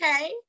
Okay